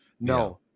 No